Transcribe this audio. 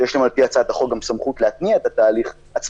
שיש להם על פי הצעת החוק גם סמכות להתניע את התהליך עצמאית,